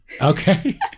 Okay